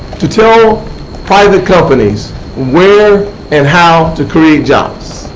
to tell private companies where and how to create jobs.